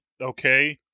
okay